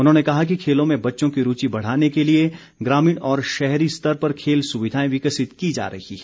उन्होंने कहा कि खेलों में बच्चों की रूचि बढ़ाने के लिए ग्रामीण और शहरी स्तर पर खेल सुविधाएं विकसित की जा रही हैं